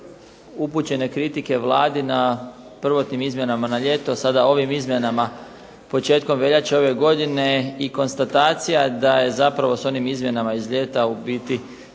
upućene kritike Vladi na prvotnim izmjenama na ljeto, sada ovim izmjenama početkom veljače ove godine i konstatacija da je zapravo sa onim izmjenama iz ljeta ta